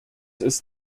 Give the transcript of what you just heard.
ist